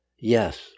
Yes